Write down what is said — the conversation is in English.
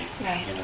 Right